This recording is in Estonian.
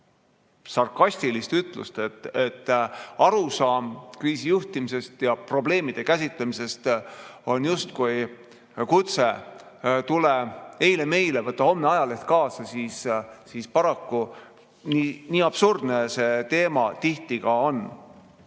sarkastiliselt, et arusaam kriisi juhtimisest ja probleemide käsitlemisest on justkui kutse "tule eile meile, võta homne ajaleht kaasa", siis paraku nii absurdne see teema tihti ka on.